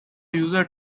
user